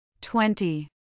Twenty